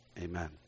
Amen